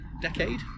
decade